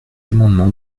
amendement